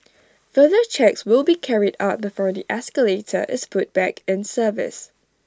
further checks will be carried out before the escalator is put back in service